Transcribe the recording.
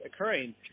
occurring